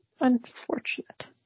unfortunate